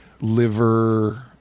liver